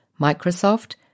Microsoft